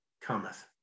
cometh